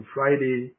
Friday